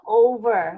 over